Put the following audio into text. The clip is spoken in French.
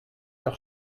leur